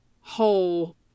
whole